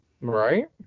Right